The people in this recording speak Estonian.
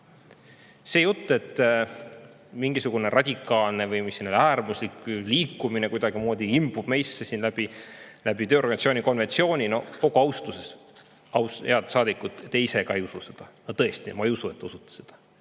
See jutt, et mingisugune radikaalne või äärmuslik liikumine kuidagimoodi imbub meisse siin läbi tööorganisatsiooni konventsiooni – kogu austuses, head saadikud, te ise ka ei usu seda, no tõesti, ma ei usu, et te